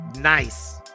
Nice